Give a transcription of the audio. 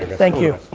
thank you,